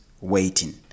waiting